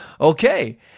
okay